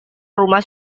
rumah